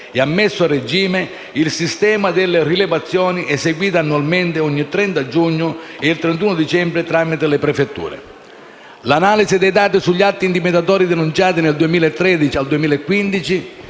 e ha messo a regime il sistema delle rilevazioni eseguite annualmente ogni 30 giugno e il 31 dicembre tramite le prefetture. L'analisi dei dati sugli atti intimidatori denunciati dal 2013 al 2015